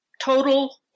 Total